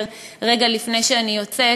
רגע לפני שאני יוצאת,